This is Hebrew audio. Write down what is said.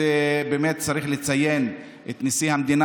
באמת צריך לציין את נשיא המדינה,